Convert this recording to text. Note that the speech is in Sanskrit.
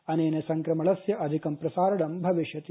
अनेनसंक्रमणस्यअधि कंप्रसारणंभविष्यति